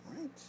right